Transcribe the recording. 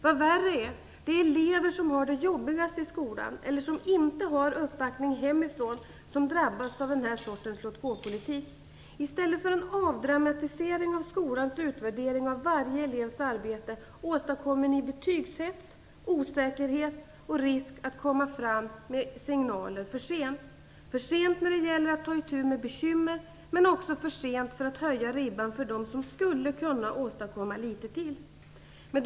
Vad som är värre är att det är de elever som har det jobbigast i skolan eller som inte har uppbackning hemifrån som drabbas av denna låt-gå-politik. I stället för en avdramatisering av skolans utvärdering av varje elevs arbete, åstadkommer ni betygshets, osäkerhet och risk att komma med signaler för sent - för sent när det gäller att ta itu med bekymmer, men också för sent för att höja ribban för dem som skulle kunna åstadkomma litet till.